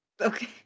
Okay